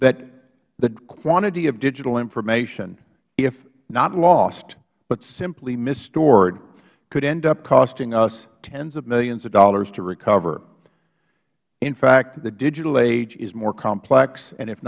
that the quantity of digital information if not lost but simply misstored could end up costing us tens of millions to recover in fact the digital age is more complex and if